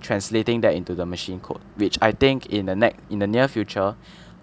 translating that into the machine code which I think in the nex~ in the near future